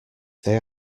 they